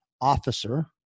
officer